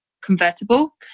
convertible